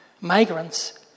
Migrants